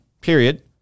period